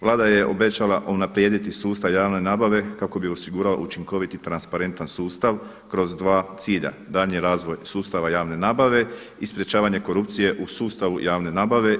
Vlada je obećala unaprijediti sustav javne nabave kako bi osigurala učinkoviti transparentan sustav kroz dva cilja daljnji razvoj sustava javne nabave i sprječavanje korupcije u sustavu javne nabave.